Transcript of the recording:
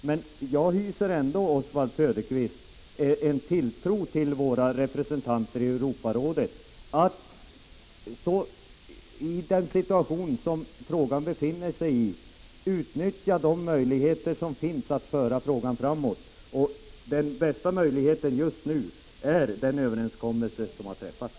Men jag hyser ändå tilltro till att våra representanter i Europarådet — i den situation som frågan befinner sig i — utnyttjar de möjligheter som finns att föra frågan framåt. Och den bästa möjligheten just nu är den överenskommelse som har träffats.